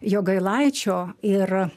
jogailaičio ir